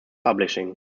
publishing